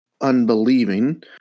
unbelieving